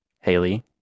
Haley